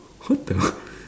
what the